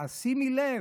אז שימי לב,